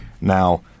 now